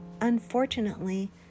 Unfortunately